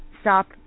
stop